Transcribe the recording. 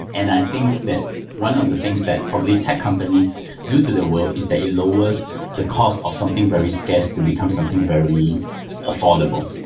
and i think that one of the things that probably tech companies do to the world is that it lowers the cost of something very scarce to become something very affordable.